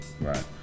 Right